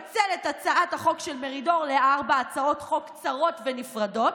הוא יפצל את הצעת החוק של מרידור לארבע הצעות חוק קצרות נפרדות,